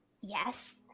Yes